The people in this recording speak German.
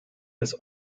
des